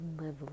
live